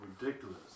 Ridiculous